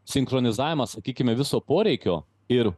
sinchronizavimą sakykime viso poreikio ir